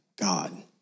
God